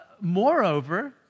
Moreover